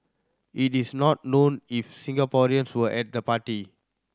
it is not known if Singaporeans were at the party